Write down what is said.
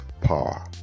power